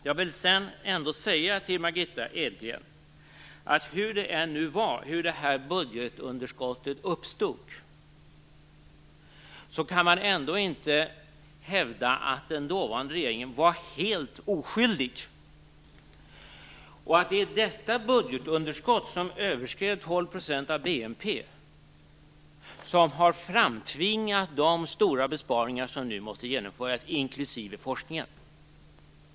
Jag vill ändå säga till Margitta Edgren att hur det nu än var när budgetunderskottet uppstod kan man inte hävda att den dåvarande regeringen var helt oskyldig. Det är detta budgetunderskott, som överskred 12 % av BNP, som har framtvingat de stora besparingar som nu måste genomföras, också i forskningen.